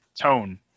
tone